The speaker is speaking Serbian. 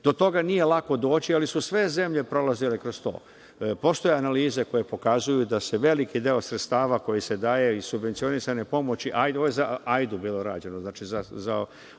Do toga nije lako doći, ali su sve zemlje prolazile kroz to. Postoje analize koje pokazuju da se veliki deo sredstava koji se daje iz subvencionisane pomoći, ovo je za AJDU bilo rađeno, znači, za